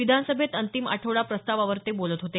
विधानसभेत अंतिम आठवडा प्रस्तावावर ते बोलत होते